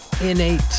Innate